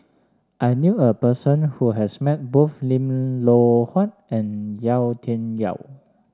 I knew a person who has met both Lim Loh Huat and Yau Tian Yau